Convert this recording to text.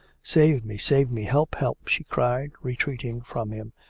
save me, save me! help, help she cried, retreating from him.